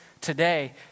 today